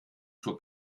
zur